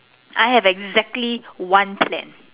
I have exactly one